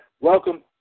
welcome